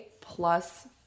plus